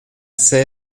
say